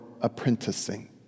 apprenticing